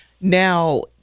Now